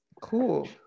Cool